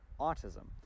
autism